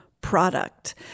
product